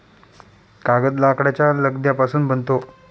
कागद लाकडाच्या लगद्यापासून बनतो